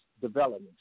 development